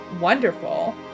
wonderful